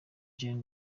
jean